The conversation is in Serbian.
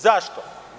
Zašto?